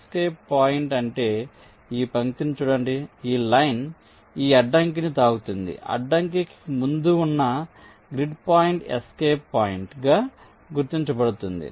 escape point అంటే ఈ పంక్తిని చూడండి ఈ లైన్ ఈ అడ్డంకిని తాకుతోంది అడ్డంకికి ముందు ఉన్న గ్రిడ్ పాయింట్ ఎస్కేప్ పాయింట్ గా గుర్తించబడుతుంది